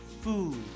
Food